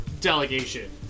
delegation